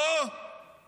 בואו